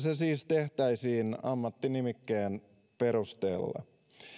se siis tehtäisiin ammattinimikkeen perusteella